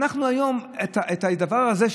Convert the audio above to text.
בדבר הזה,